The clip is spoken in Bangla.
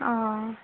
ও